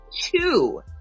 two